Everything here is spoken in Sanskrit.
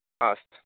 अस्तु